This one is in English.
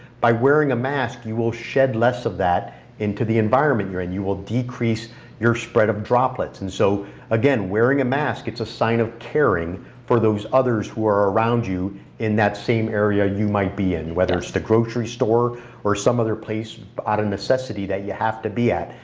by wearing a mask you will shed less of that into the environment you're in. and you will decrease your spread of droplets and so again wearing a mask it's a sign of caring for those others who are around you in that same area you might be in, whether it's the grocery store or some other place out of necessity that you have to be at.